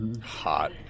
Hot